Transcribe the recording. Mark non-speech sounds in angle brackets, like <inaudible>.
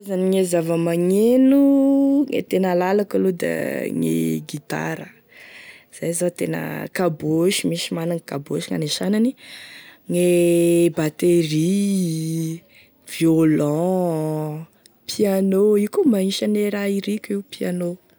Maromaro avao izy io sy lalako aby misy zao e Mercees Mercedes io malaza aminay agny, Citroên, <hesitation> BMW, <hesitation> Porsche Cayenne, <hesitation> Clio <hesitation> da ino koa saro zay e zay e tena lalako.